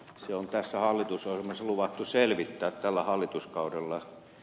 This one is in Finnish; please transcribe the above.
se on tässä hallitusohjelmassa luvattu selvittää tällä hallituskaudella